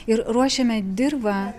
ir ruošiame dirvą